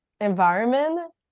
environment